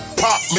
pop